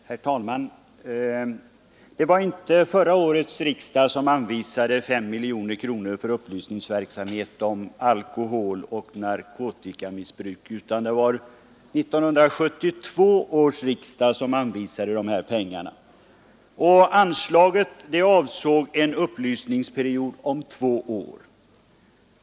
Herr talman! Det var inte förra årets riksdag som anvisade 5 miljoner kronor för upplysningsverksamhet om alkoholoch narkotikamissbruk, utan det gjorde 1972 års riksdag. Anslaget avsåg en upplysningsperiod om två år.